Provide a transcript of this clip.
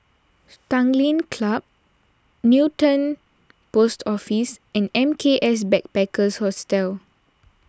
Tanglin Club Newton Post Office and M K S Backpackers Hostel